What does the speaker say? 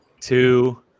two